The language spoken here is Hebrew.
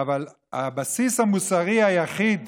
אבל הבסיס המוסרי היחיד